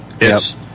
yes